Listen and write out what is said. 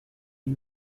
you